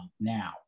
now